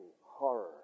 horror